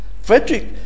Frederick